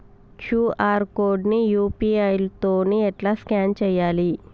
QR code ని UPI తోని ఎట్లా స్కాన్ చేయాలి?